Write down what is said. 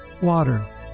water